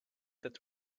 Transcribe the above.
that